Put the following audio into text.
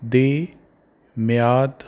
ਦੀ ਮਿਆਦ